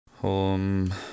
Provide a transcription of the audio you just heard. home